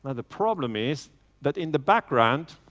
ah the problem is that in the background,